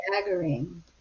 staggering